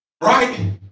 Right